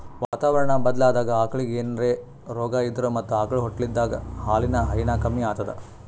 ವಾತಾವರಣಾ ಬದ್ಲಾದಾಗ್ ಆಕಳಿಗ್ ಏನ್ರೆ ರೋಗಾ ಇದ್ರ ಮತ್ತ್ ಆಕಳ್ ಹೊಟ್ಟಲಿದ್ದಾಗ ಹಾಲಿನ್ ಹೈನಾ ಕಮ್ಮಿ ಆತದ್